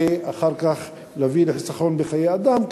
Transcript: ואחר כך להביא לחיסכון בחיי אדם,